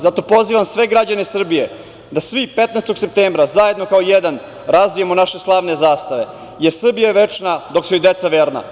Zato pozivam sve građane Srbije da svi 15. septembra, zajedno kao jedan, razvijemo naše slavne zastave, jer Srbija je večna dok su joj deca verna.